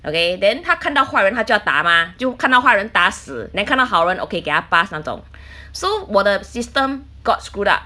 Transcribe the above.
okay then 他看到坏人他就要打嘛就看到坏人打死 then 看到好人 okay 给它 pass 那种 so 我的 system got screwed up